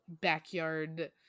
backyard